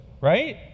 right